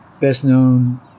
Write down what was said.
best-known